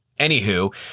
anywho